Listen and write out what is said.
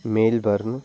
Melbourne